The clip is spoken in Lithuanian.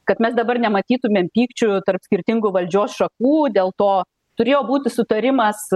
kad mes dabar nematytumėm pykčių tarp skirtingų valdžios šakų dėl to turėjo būti sutarimas